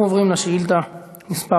אנחנו עוברים לשאילתה מס'